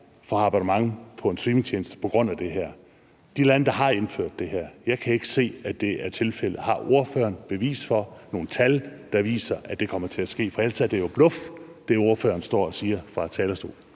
have abonnement hos en streamingtjeneste på grund af det her. I de lande, der har indført det her, kan jeg ikke se, at det er tilfældet. Har ordføreren bevis for – nogle tal, der viser det – at det kommer til at ske? For ellers er det, ordføreren står og siger fra talerstolen,